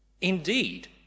Indeed